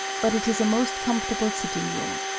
but it is a most comfortable sitting-room.